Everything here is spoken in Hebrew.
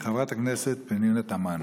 חברת הכנסת פנינה תמנו.